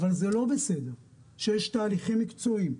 אבל זה לא בסדר שיש תהליכים מקצועיים,